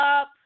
up